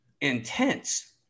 intense